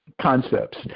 concepts